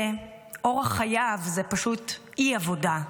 שאורח חייו זה פשוט אי-עבודה.